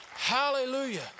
Hallelujah